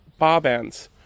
barbands